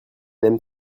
aime